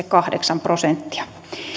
kahdeksan prosenttia